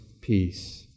peace